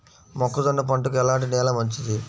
మొక్క జొన్న పంటకు ఎలాంటి నేల మంచిది?